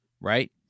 Right